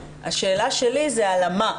השאלה שלי זה על המה,